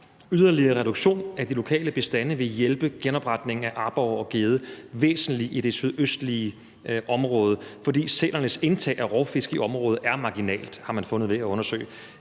yderligere reduktion af de lokale bestande vil hjælpe genopretningen af aborre og gedde væsentligt i det sydøstlige område, fordi sælernes indtag af rovfisk i området er marginalt, har man fundet ud af ved at undersøge